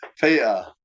Peter